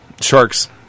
Sharks